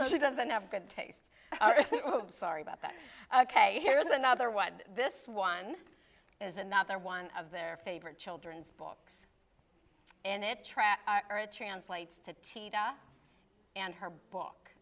right she doesn't have good taste sorry about that ok here's another one this one is another one of their favorite children's books and it trash translates to tita and her book